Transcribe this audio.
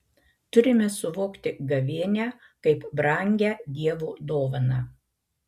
turime suvokti gavėnią kaip brangią dievo dovaną